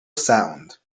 sound